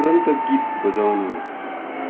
तुरन्त गीत बजाउनुहोस्